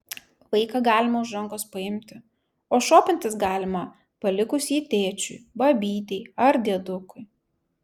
vaiką galima už rankos paimti o šopintis galima palikus jį tėčiui babytei ar diedukui